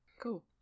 Cool